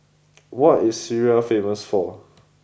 what is Syria famous for